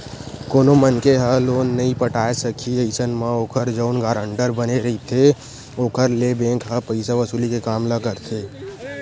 कोनो मनखे ह लोन नइ पटाय सकही अइसन म ओखर जउन गारंटर बने रहिथे ओखर ले बेंक ह पइसा वसूली के काम ल करथे